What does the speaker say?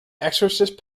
exorcist